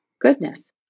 Goodness